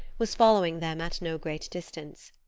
was following them at no great distance.